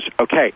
okay